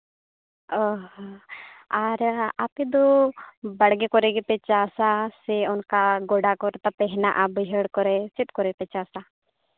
ᱚ ᱦᱚᱸ ᱟᱨ ᱟᱯᱮᱫᱚ ᱵᱟᱲᱜᱮ ᱠᱚᱨᱮ ᱜᱮᱯᱮ ᱪᱟᱥᱟ ᱥᱮ ᱚᱱᱟ ᱜᱳᱰᱟ ᱠᱚ ᱛᱟᱯᱮ ᱢᱮᱱᱟᱜᱼᱟ ᱵᱟᱹᱭᱦᱟᱹᱲ ᱠᱚᱨᱮ ᱪᱮᱫ ᱠᱚᱨᱮ ᱯᱮ ᱪᱟᱥᱟ